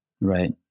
right